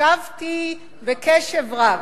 הקשבתי בקשב רב.